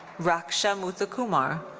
raksha muthukumar.